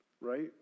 right